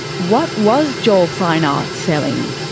what was joel fine arts selling?